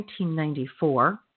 1994